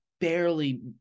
barely